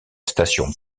station